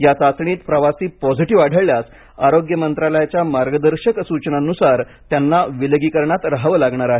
या चाचणीत प्रवासी पॉजिटिव आढळल्यास आरोग्य मंत्रालयाच्या मार्गदर्शक सूचनांनुसार त्यांना विलगीकरणात राहावं लागणार आहे